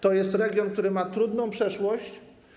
To jest region, który ma trudną przeszłość.